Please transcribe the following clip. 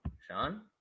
Sean